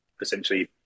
essentially